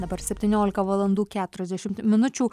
dabar septyniolika valandų keturiasdešimt minučių